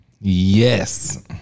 Yes